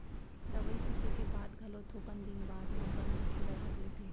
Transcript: दवई छींचे के बाद घलो थोकन दिन बाद म बन दिखे ल धर लेथे